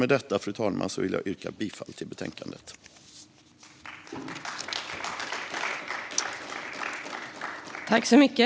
Med detta yrkar jag bifall till utskottets förslag.